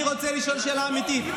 אני רוצה לשאול שאלה אמיתית.